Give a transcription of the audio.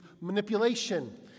manipulation